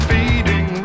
Feeding